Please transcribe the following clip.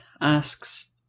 asks